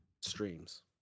streams